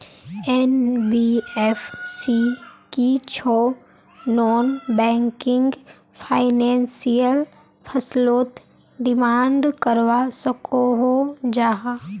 NBFC की छौ non banking financial फसलोत डिमांड करवा सकोहो जाहा?